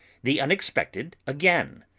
the unexpected again!